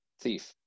thief